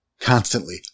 constantly